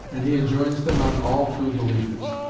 and he enjoins them on all true believers.